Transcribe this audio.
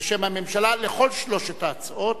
בשם הממשלה על כל שלוש ההצעות.